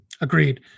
Agreed